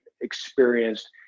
experienced